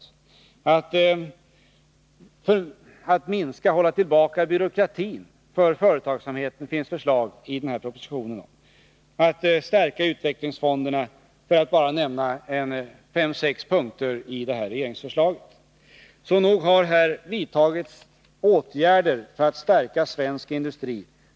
Det finns i propositionen förslag om att minska och hålla tillbaka byråkratin för företagsamheten och att stärka utvecklingsfonderna, för att bara nämna fem sex punkter i det här regeringsförslaget, så nog har det vidtagits åtgärder för att stärka svensk industri.